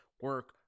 Work